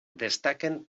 destaquen